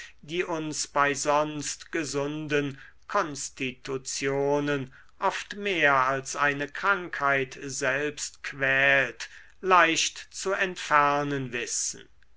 die uns bei sonst gesunden konstitutionen oft mehr als eine krankheit selbst quält leicht zu entfernen wissen